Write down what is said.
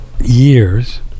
years